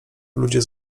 ludzie